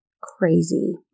Crazy